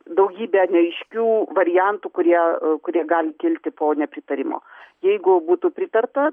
daugybė neaiškių variantų kurie kurie gali kilti po nepritarimo jeigu būtų pritarta